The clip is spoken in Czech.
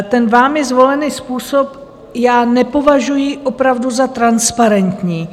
Ten vámi zvolený způsob nepovažuji opravdu za transparentní.